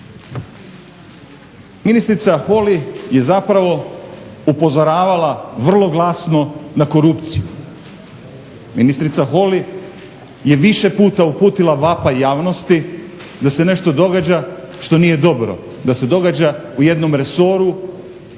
Ministrica Holy je zapravo upozoravala vrlo glasno na korupciju. Ministrica Holy je više puta uputila vapaj javnosti da se nešto događa što nije dobro, da se događa u jednom resoru